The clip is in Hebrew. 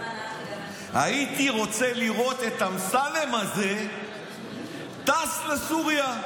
הייתי רוצה לראות את אמסלם הזה טס לסוריה.